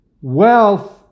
wealth